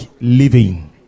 living